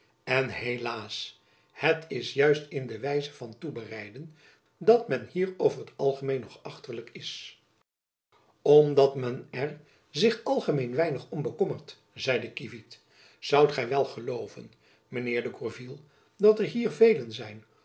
en helaas het is juist in de wijze van toebereiden dat men hier over t algemeen nog achterlijk is omdat men er zich algemeen weinig om bekommert zeide kievit zoudt gy wel gelooven mijn heer de gourville dat er hier velen zijn